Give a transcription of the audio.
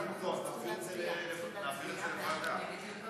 תעביר את זה